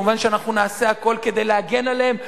כמובן אנחנו נעשה הכול כדי להגן עליהם.